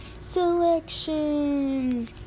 selection